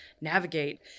navigate